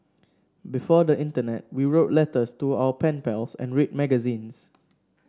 before the internet we wrote letters to our pen pals and read magazines